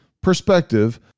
perspective